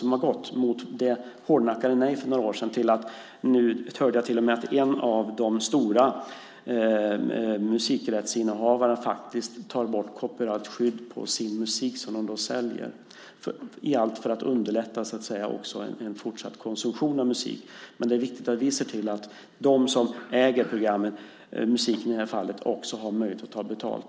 För några år sedan sade man hårdnackat nej till detta, och nu hörde jag att en av de stora musikrättsinnehavarna faktiskt tar bort copyrightskyddet på den musik som de säljer för att underlätta en fortsatt konsumtion av musik. Men det är viktigt att vi ser till att de som äger programmen eller musiken i det här fallet också har möjlighet att ta betalt.